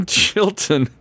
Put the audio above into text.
Chilton